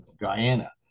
Guyana